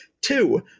two